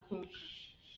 konka